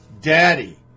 daddy